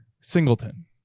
Singleton